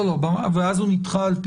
ואז הוא נדחה.